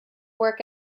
work